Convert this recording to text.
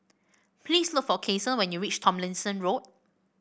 please look for Kasen when you reach Tomlinson Road